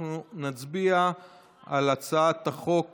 ואנחנו נצביע על הצעת החוק